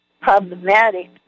problematic